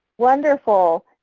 wonderful.